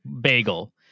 bagel